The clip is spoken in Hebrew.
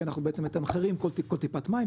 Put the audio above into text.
כי אנחנו בעצם מתמחרים כל טיפת מים,